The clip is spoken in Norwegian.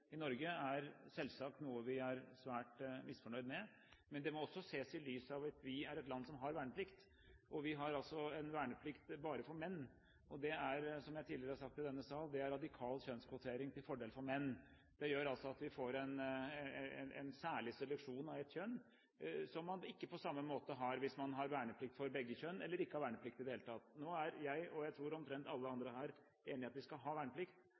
i Norge, er selvsagt noe vi er svært misfornøyd med. Men det må også ses i lys av at vi er et land som har verneplikt, og at vi har vernplikt bare for menn. Det er, som jeg tidligere har sagt i denne salen, en radikal kjønnskvotering til fordel for menn. Det gjør at vi får en særlig seleksjon av ett kjønn, som man ikke har på samme måte hvis man har verneplikt for begge kjønn, eller ikke har verneplikt i det hele tatt. Nå tror jeg at omtrent alle her er enige om at vi skal ha verneplikt.